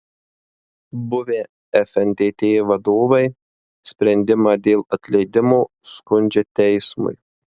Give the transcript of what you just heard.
buvę fntt vadovai sprendimą dėl atleidimo skundžia teismui